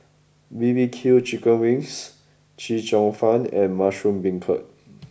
B B Q Chicken Wings Chee Cheong Fun and Mushroom Beancurd